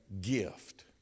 gift